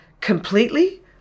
completely